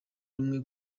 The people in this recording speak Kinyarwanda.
rumwe